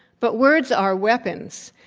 but words are weapons,